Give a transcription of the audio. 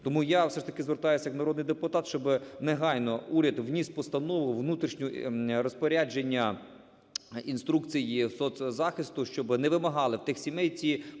Тому я все ж таки звертаюсь як народний депутат, щоб негайно уряд вніс постанову, внутрішнє розпорядження, інструкції соцзахисту, щоб не вимагали у тих сімей